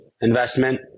investment